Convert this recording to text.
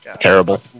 Terrible